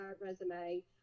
resume